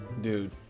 Dude